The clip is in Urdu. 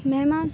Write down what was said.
مہمان